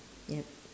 yup